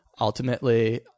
ultimately